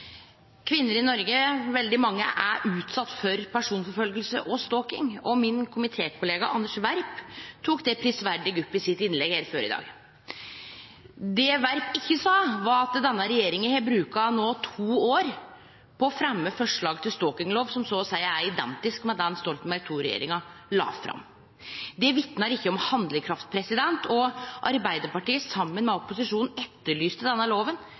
kvinner i Noreg er utsette for personforfølging og stalking, og min komitékollega Anders B. Werp tok det prisverdig opp i innlegget sitt her tidlegare i dag. Det representanten Werp ikkje sa, var at denne regjeringa no har bruka to år på å fremje forslag til ein stalkinglov som så å seie er identisk med den Stoltenberg II-regjeringa la fram. Det vitnar ikkje om handlekraft, og Arbeidarpartiet, saman med opposisjonen, etterlyste denne